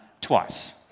twice